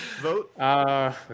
Vote